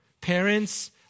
parents